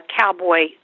cowboy